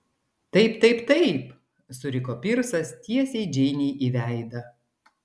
taip taip taip suriko pirsas tiesiai džeinei į veidą